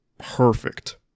Perfect